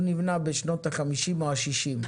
הוא נבנה בשנות ה-50 או ה-60.